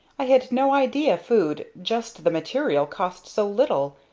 i had no idea food, just the material, cost so little.